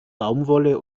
baumwolle